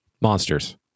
monsters